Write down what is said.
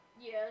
Yes